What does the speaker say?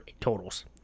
totals